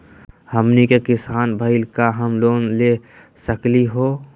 हमनी के किसान भईल, का हम लोन ले सकली हो?